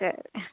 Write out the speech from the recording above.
ശരി